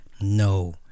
no